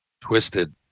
twisted